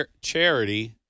charity